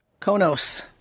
Konos